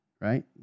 right